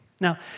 Now